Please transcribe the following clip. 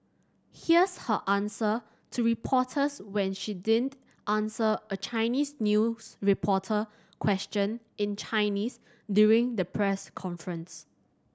here's her answer to reporters when she didn't answer a Chinese news reporter question in Chinese during the press conference